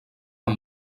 amb